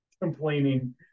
complaining